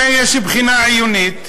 הרי יש בחינה עיונית,